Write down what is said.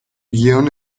guion